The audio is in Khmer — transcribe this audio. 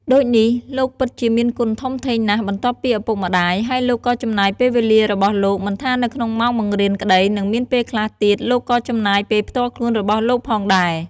ដូចនេះលោកពិតជាមានគុណធំធេងណាស់បន្ទាប់ពីឪពុកម្តាយ ហើយលោកក៏ចំណាយពេលវេលារបស់លោកមិនថានៅក្នុងម៉ោងបង្រៀនក្តីនិងមានពេលខ្លះទៀតលោកក៏ចំណាយពេលផ្ទាល់ខ្លួនរបស់លោកផងដែរ។